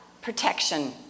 protection